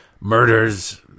murders